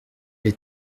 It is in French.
elle